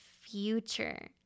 future